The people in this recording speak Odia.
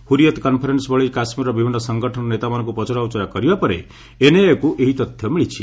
ହୁରିୟତ୍ କନ୍ଫରେନ୍ସ ଭଳି କାଶ୍କୀରର ବିଭିନ୍ନ ସଙ୍ଗଠନର ନେତାମାନଙ୍କୁ ପଚରା ଉଚରା କରିବା ପରେ ଏନ୍ଆଇଏକୁ ଏହି ତଥ୍ୟ ମିଳିଛି